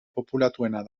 populatuena